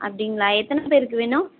அப்படிங்களா எத்தனை பேருக்கு வேணும்